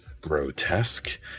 grotesque